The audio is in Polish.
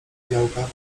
białkach